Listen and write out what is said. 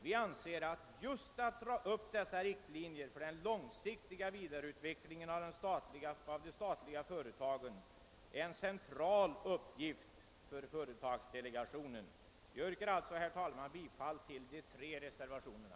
Vi anser det vara en central uppgift för företagsdelegationen att dra upp riktlinjer för den långsiktiga vidareutivecklingen av de statliga företagen. Herr talman! Jag ber att få yrka bifall till de tre reservationerna.